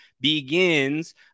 begins